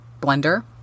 blender